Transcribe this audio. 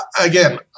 Again